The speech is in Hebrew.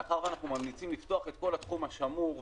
מאחר שאנחנו ממליצים לפתוח את כל התחום השמור,